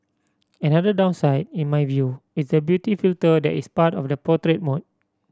another downside in my view is the beauty filter that is part of the portrait mode